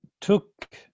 took